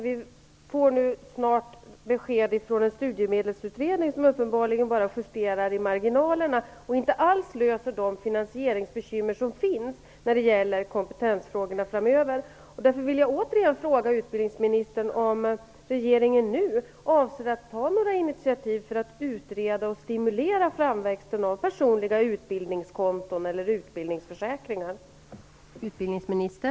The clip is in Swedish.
Vi får snart besked från en studiemedelsutredning som uppenbarligen bara justerar i marginalerna och inte alls löser de finansieringsbekymmer som finns när det gäller kompetensfrågorna framöver.